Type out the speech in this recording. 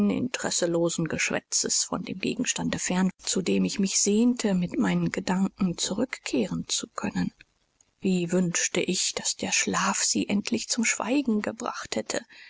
interesselosen geschwätzes von dem gegenstande fern zu dem ich mich sehnte mit meinen gedanken zurückkehren zu können wie wünschte ich daß der schlaf sie endlich zum schweigen gebracht hätte